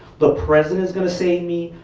the president is gonna save me,